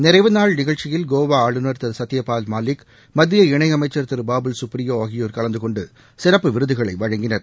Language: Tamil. நிறைவு நாள் நிகழ்ச்சியில் கோவாஆளுநர் திருசத்தியபால் மாலிக் மத்தியஅமைச்சர் திருபாபுல் சுப்ரியோ ஆகியோர் கலந்துகொண்டுசிறப்பு விருதுகளைவழங்கினார்